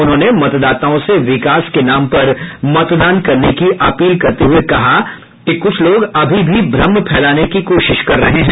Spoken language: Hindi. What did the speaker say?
उन्होंने मतदाताओं से विकास के नाम पर मतदान करने की अपील करते हुए कहा कि कुछ लोग अभी भी भ्रम फैलाने की कोशिश कर रहे हैं